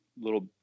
little